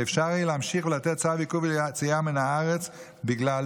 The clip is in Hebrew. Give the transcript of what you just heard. ואפשר יהיה להמשיך לתת צו עיכוב יציאה מהארץ בגללו,